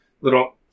little